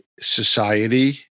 society